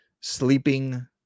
Sleeping